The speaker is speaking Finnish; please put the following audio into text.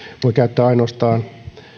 voi käyttää ainoastaan